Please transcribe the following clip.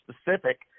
specific